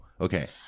Okay